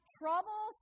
trouble